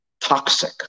toxic